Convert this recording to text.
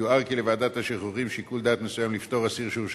יובהר כי לוועדת השחרורים שיקול דעת מסוים לפטור אסיר שהורשע